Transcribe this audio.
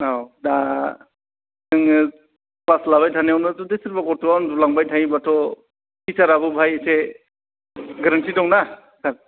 औ दा जोङो क्लास लाबाय थानायावनो जुदि सोरबा गथ'वा उन्दु लांबाय थायोबाथ' टिसाराबो बाहाय एसे गोरोन्थि दं ना सार